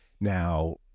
Now